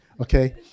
Okay